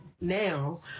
now